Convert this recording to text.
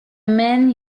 men